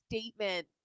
statement